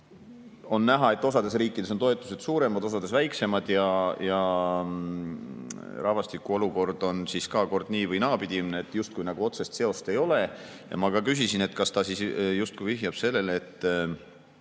on näha, et osa riikides on toetused suuremad, osas väiksemad ja rahvastiku olukord on ka kord nii‑ või naapidi, et justkui nagu otsest seost ei ole. Ma küsisin, kas ta siis justkui vihjab sellele, et